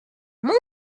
mon